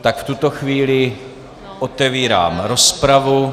Tak v tuto chvíli otevírám rozpravu.